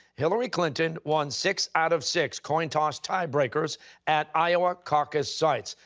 hillary clinton won six out of six coin toss tiebreakers at iowa caucus sites.